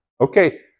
Okay